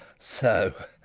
so.